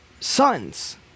sons